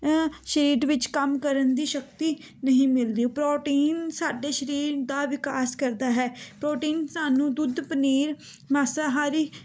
ਸਰੀਰ ਦੇ ਵਿੱਚ ਕੰਮ ਕਰਨ ਦੀ ਸ਼ਕਤੀ ਨਹੀਂ ਮਿਲਦੀ ਪ੍ਰੋਟੀਨ ਸਾਡੇ ਸਰੀਰ ਦਾ ਵਿਕਾਸ ਕਰਦਾ ਹੈ ਪ੍ਰੋਟੀਨ ਸਾਨੂੰ ਦੁੱਧ ਪਨੀਰ ਮਾਸਾਹਾਰੀ